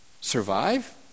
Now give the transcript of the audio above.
survive